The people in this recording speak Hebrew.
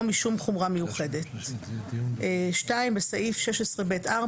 משום חומרה מיוחדת"; (2)בסעיף 16(ב)(4),